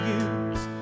use